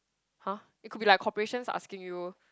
!huh! it could be like corporations asking you